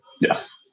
Yes